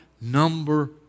number